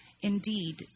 Indeed